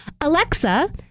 Alexa